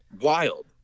wild